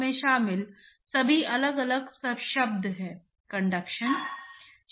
तो मान लीजिए कि यह एक सपाट प्लेट है